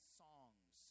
songs